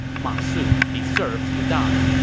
ma su deserves to die.